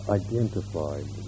identified